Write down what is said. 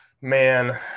Man